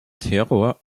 terror